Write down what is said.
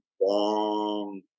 long